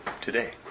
today